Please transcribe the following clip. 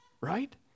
right